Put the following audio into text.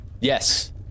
Yes